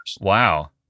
Wow